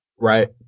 Right